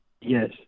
Yes